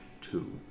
two